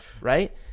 right